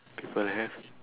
people have